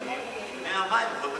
אבל זה לא קשור,